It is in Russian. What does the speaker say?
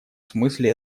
смысле